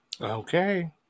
Okay